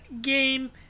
game